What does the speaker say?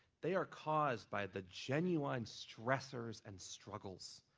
they are caused by the genuine stressors and struggles